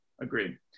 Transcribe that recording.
Agreed